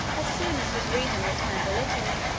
as soon as his reason returned a little,